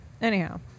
Anyhow